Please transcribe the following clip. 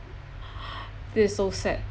this is so sad